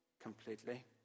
completely